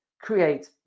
create